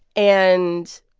and